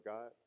God